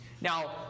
Now